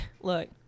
look